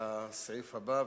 לסעיף הבא,